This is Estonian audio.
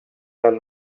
all